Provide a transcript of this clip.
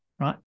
right